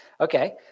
Okay